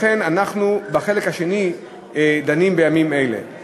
לכן אנחנו דנים בימים אלה בחלק השני.